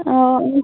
ଓ ଏଇ